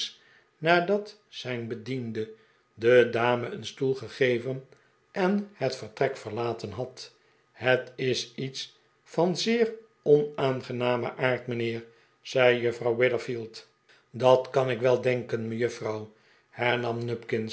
nadat zijn bediende de dame een stoel gegeven en het vertrek ve'rlaten had het is iets van zeer onaangenamen aard mijnheer zei juffrouw witherfield dat kan ik wel denken me juffrouw hernam